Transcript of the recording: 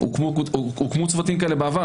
הוקמו צוותים כאלה בעבר,